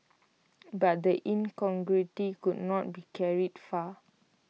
but the incongruity could not be carried far